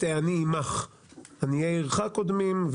עניי עירך קודמים,